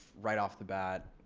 right off the bat.